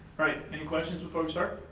right, any questions before we start?